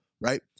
right